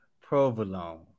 provolone